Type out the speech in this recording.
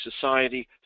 society